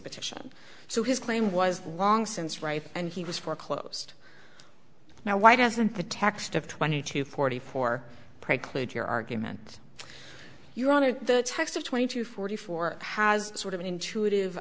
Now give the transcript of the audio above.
petition so his claim was long since right and he was foreclosed now why doesn't the text of twenty two forty four preclude your argument your honor the text of twenty two forty four has sort of an intuitive